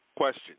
Question